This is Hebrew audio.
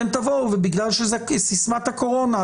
אתם תבואו ובגלל שזה סיסמת הקורונה,